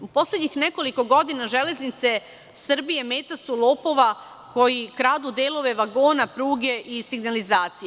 U poslednjih nekoliko godina „Železnice Srbije“ meta su lopova koji kradu delove vagona, pruge i signalizacije.